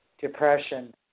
Depression